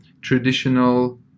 traditional